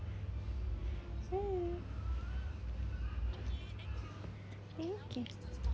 !woohoo! okay